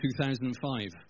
2005